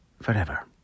forever